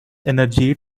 energy